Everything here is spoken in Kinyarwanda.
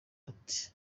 ati